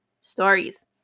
stories